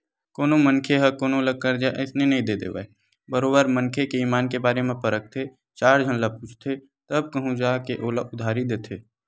कोनो मनखे ह कोनो ल करजा अइसने नइ दे देवय बरोबर मनखे के ईमान के बारे म परखथे चार झन ल पूछथे तब कहूँ जा के ओला उधारी देथे